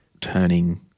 turning